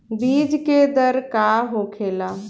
बीज के दर का होखेला?